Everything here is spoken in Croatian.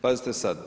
Pazite sad.